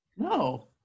No